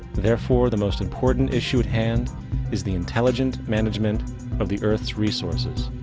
therefore, the most important issue at hand is the intelligent management of the earth's resources.